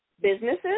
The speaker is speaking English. businesses